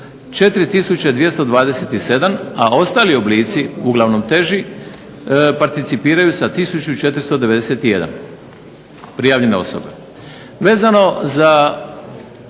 4227, a ostali oblici uglavnom teži participiraju sa 1491 prijavljene osobe. Vezano za